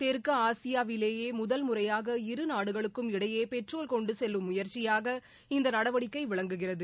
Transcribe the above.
தெற்காசியாவிலேயே முதல் முறையாக இரு நாடுகளுக்கும் இடையே பெட்ரோல் கொண்டு செல்லும் முயற்சியாக இந்த நடவடிக்கை விளங்குகிறது